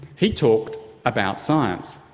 he talked about science.